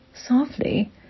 softly